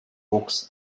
books